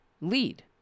lead